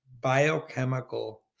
biochemical